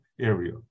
area